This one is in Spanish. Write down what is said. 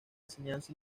enseñanza